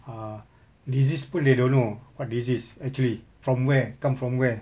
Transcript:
uh disease pun they don't know what disease actually from where come from where